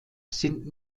sind